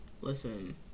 Listen